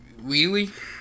Wheelie